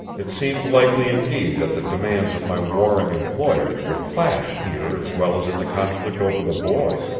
it seemed likely indeed that the demands of my warring employers would clash here as well as in the conflict over the boy.